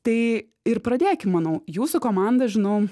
tai ir pradėkim manau jūsų komandą žinau